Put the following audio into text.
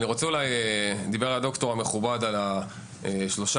דיבר קודם הדוקטור המכובד על שלושת